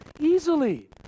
easily